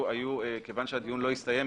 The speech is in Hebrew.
כיוון שהדיון לא הסתיים,